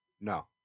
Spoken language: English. No